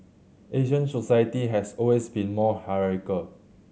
Asian society has always been more hierarchical